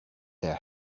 their